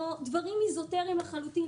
או דברים אזוטריים לחלוטין,